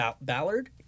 Ballard